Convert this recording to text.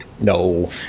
no